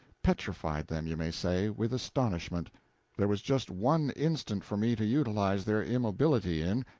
petrified them, you may say, with astonishment there was just one instant for me to utilize their immobility in,